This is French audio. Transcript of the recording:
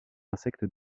insectes